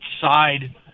side